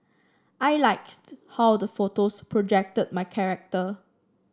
I liked how the photos projected my character